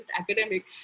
academic